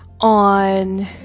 on